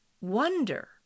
wonder